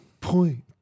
point